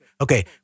okay